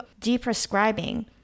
deprescribing